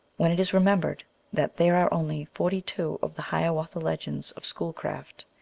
when it is remembered that there are only forty-two of the hiawatha legends of schoolcraft,